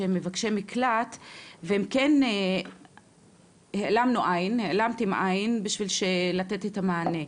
שהם מבקשי מקלט והם כן "העלמנו/העלמתם עין" בשביל לתת את המענה.